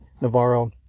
Navarro